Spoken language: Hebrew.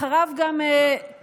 אחריו גם באה,